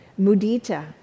mudita